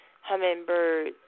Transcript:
hummingbirds